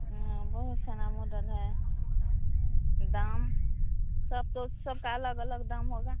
हाँ बहुत सारा मॉडल है दाम सब तो सबका अलग अलग दाम होगा